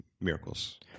miracles